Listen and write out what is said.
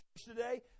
today